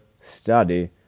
study